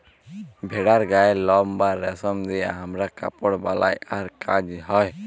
ভেড়ার গায়ের লম বা রেশম দিয়ে হামরা কাপড় বালাই আর কাজ হ্য়